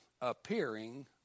appearing